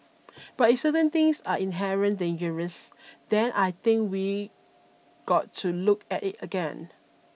but if certain things are inherent dangerous then I think we got to look at it again